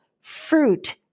fruit